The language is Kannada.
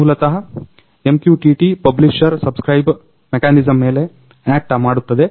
ಮೂಲತಃ MQTT ಪಬ್ಲಿಷರ್ ಸಬ್ಸ್ಕ್ರೈಬ್ ಮೆಕಾನಿಸ್ಮ್ ಮೇಲೆ ಅಕ್ಟ್ ಮಾಡುತ್ತದೆ